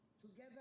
together